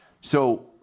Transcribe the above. So-